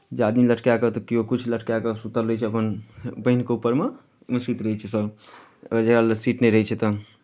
जाजिम लटकाए कऽ तऽ केओ किछु लटकाए कऽ सूतल रहै छै अपन बान्हि कऽ ऊपरमे ओहिमे सूति रहै छै सभ आओर जकरा लग सीट नहि रहैत छै तऽ